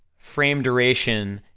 frame duration,